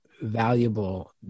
valuable